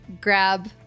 grab